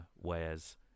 wares